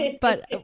But-